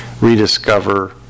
rediscover